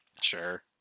Sure